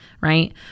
right